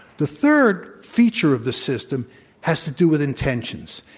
the third feature of the system has to do with intentions.